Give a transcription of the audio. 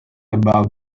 about